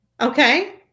okay